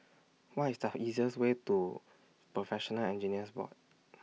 What IS The easiest Way to Professional Engineers Board